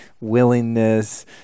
willingness